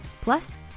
Plus